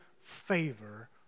favor